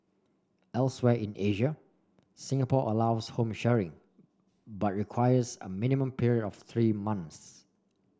elsewhere in Asia Singapore allows home sharing but requires a minimum period of three months